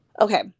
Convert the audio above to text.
Okay